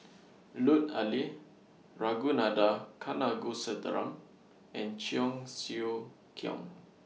Lut Ali Ragunathar Kanagasuntheram and Cheong Siew Keong